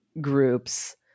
groups